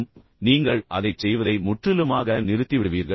இறுதியில் நீங்கள் அதைச் செய்வதை முற்றிலுமாக நிறுத்திவிடுவீர்கள்